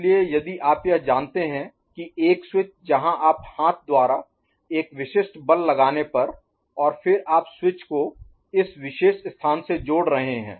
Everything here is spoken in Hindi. इसलिए यदि आप यह जानते हैं कि एक स्विच जहां आप हाथ द्वारा एक विशिष्ट बल लगाने पर और फिर आप स्विच को इस विशेष स्थान से जोड़ रहे हैं